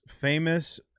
famous